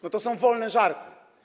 No to są wolne żarty.